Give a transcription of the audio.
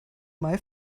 may